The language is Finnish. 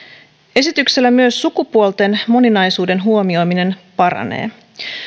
esityksellä myös sukupuolten moninaisuuden huomioiminen paranee